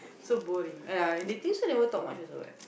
so boring ya and never talk much also what